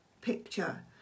picture